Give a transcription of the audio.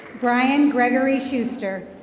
bryan gregory schuster.